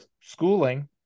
schooling